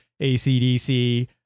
ACDC